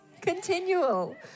continual